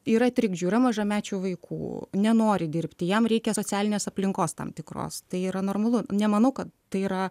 yra trikdžių yra mažamečių vaikų nenori dirbti jam reikia socialinės aplinkos tam tikros tai yra normalu nemanau kad tai yra